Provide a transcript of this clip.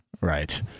right